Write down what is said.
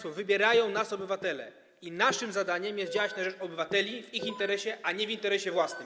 Wybierają nas obywatele i naszym zadaniem jest działanie na rzecz obywateli, w ich interesie, a nie w interesie własnym.